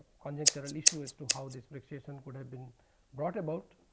unnatural issue as to how this recreation could have been brought about.